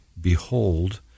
Behold